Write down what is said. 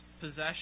possession